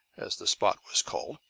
as the spot was called,